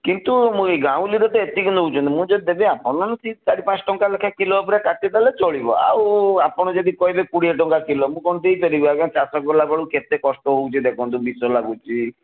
କିନ୍ତୁ ମୁଁ ଏଇ ଗାଉଁଲିରେ ତ ଏତିକି ନେଉଛନ୍ତି ମୁଁ ଯଦି ଦେବି ଆପଣ ମାନେ ସେଇ ଚାରି ପାଞ୍ଚ ଟଙ୍କା ଲେଖାଏଁ କିଲୋ ଉପରେ କାଟିଦେଲେ ଚଳିବ ଆଉ ଆପଣ ଯଦି କହିବେ କୋଡ଼ିଏ ଟଙ୍କା କିଲୋ ମୁଁ କ'ଣ ଦେଇପାରିବି ଆଜ୍ଞା ଚାଷ କଲା ବେଳକୁ କେତେ କଷ୍ଟ ହେଉଛି ଦେଖନ୍ତୁ ବିଷ ଲାଗୁଛି